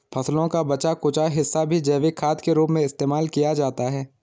फसलों का बचा कूचा हिस्सा भी जैविक खाद के रूप में इस्तेमाल किया जाता है